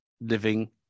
living